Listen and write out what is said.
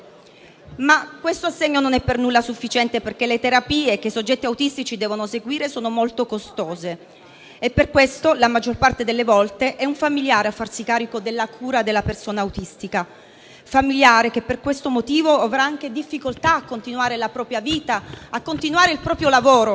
Ma questo assegno non è per nulla sufficiente, perché le terapie che i soggetti autistici devono seguire sono molto costose. Per questo, la maggior parte delle volte è un familiare a farsi carico della cura della persona autistica, familiare che, per questo motivo, avrà anche difficoltà a continuare la propria vita, a continuare il proprio lavoro.